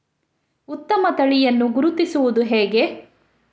ಉತ್ತಮ ತಳಿಯನ್ನು ಗುರುತಿಸುವುದು ಹೇಗೆ?